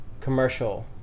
commercial